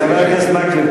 חבר הכנסת מקלב,